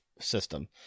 system